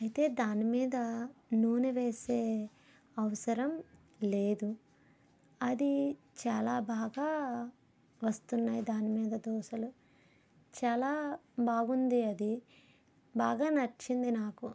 అయితే దాని మీద నూనె వేసే అవసరం లేదు అది చాలా బాగా వస్తున్నాయి దాని మీద దోసలు చాలా బాగుంది అది బాగా నచ్చింది నాకు